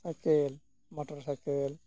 cycle motor cycle